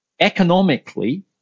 Economically